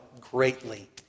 greatly